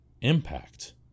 impact